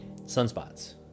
Sunspots